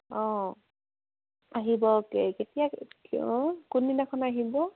অঁ আহিব কেতিয়া অঁ কোনদিনাখন আহিব